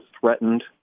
threatened